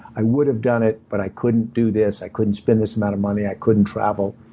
i would have done it, but i couldn't do this. i couldn't spend this amount of money. i couldn't travel.